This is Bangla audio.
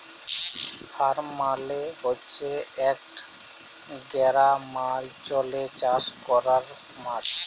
ফার্ম মালে হছে ইকট গেরামাল্চলে চাষ ক্যরার মাঠ